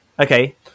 Okay